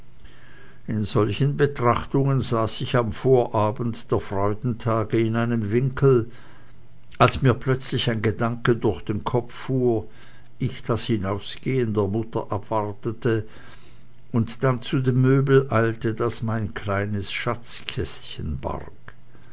in solchen betrachtungen saß ich am vorabend der freudentage in einem winkel als mir plötzlich ein gedanke durch den kopf fahr ich das hinausgehen der mutter abwartete und dann zu dem möbel eilte das mein kleines schatzkästchen barg